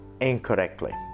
incorrectly